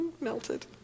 melted